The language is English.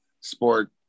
sport